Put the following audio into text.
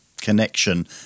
connection